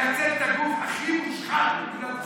מייצג את הגוף הכי מושחת במדינת ישראל.